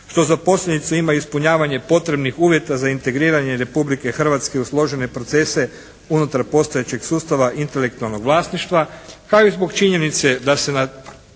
što za posljedicu ima ispunjavanje potrebnih uvjeta za integriranje Republike Hrvatske u složene procese unutar postojećeg sustava intelektualnog vlasništva, kao i zbog činjenice da se na